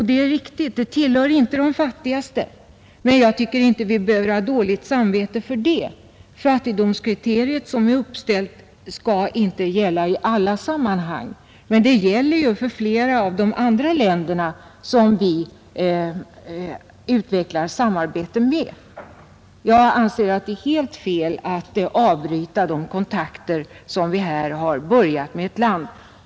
Det är riktigt att Cuba inte tillhör de fattigaste, men jag tycker inte vi behöver ha dåligt samvete för det. Fattigdomskriteriet som är uppställt skall inte gälla i alla sammanhang. Dessutom gäller det ju för flera av de andra länder vi utvecklar samarbete med. Jag anser att det är helt fel att avbryta de kontakter som vi här har börjat med ett land.